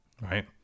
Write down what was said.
Right